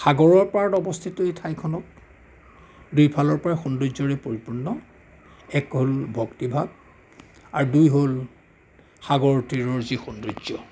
সাগৰ পাৰত অৱস্থিত এই ঠাইখনক দুইফালৰ পৰাই সৌন্দৰ্য্যৰে পৰিপূৰ্ণ এক হ'ল ভক্তিভাৱ আৰু দুই হ'ল সাগৰ তীৰৰ যি সৌন্দৰ্য্য